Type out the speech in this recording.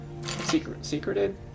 secreted